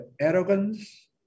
arrogance